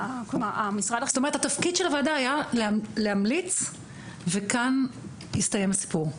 זאת אומרת התפקיד של הוועדה היה להמליץ וכאן הסתיים הסיפור.